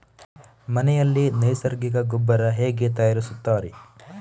ಮನೆಯಲ್ಲಿ ನೈಸರ್ಗಿಕ ಗೊಬ್ಬರ ಹೇಗೆ ತಯಾರಿಸುತ್ತಾರೆ?